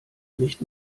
nicht